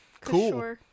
Cool